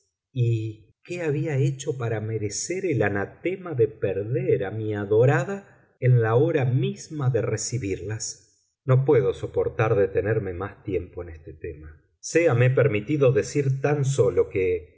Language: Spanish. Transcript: y qué había hecho para merecer el anatema de perder a mi adorada en la hora misma de recibirlas no puedo soportar detenerme más tiempo en este tema séame permitido decir tan sólo que